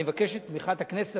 אני מבקש את תמיכת הכנסת,